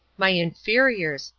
my inferiors!